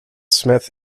smith